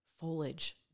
foliage